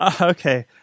Okay